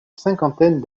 cinquantaine